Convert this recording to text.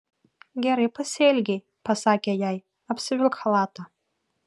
gerai pasielgei pasakė jai apsivilk chalatą